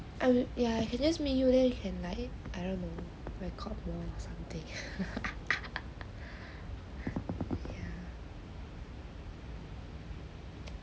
ya he just me you leh then you can like I don't know record you know or something ya